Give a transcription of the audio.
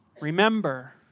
Remember